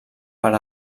per